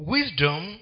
Wisdom